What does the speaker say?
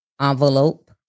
envelope